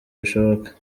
bishoboka